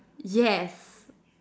yes